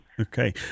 Okay